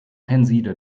tenside